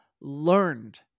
learned